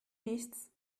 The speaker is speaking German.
nichts